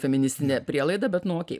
feministinė prielaida bet nu okei